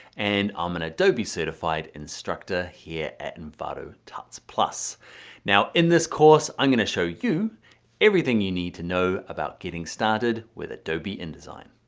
and i'm an adobe certified instructor here at envato tuts. now in this course, i'm going to show you everything you need to know about getting started with adobe indesign.